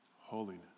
holiness